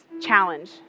Challenge